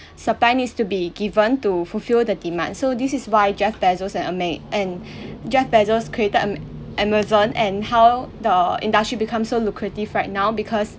supply needs to be given to fulfil the demand so this is why jeff bezos and ama~ and jeff bezos created am~ Amazon and how the industry become so lucrative right now because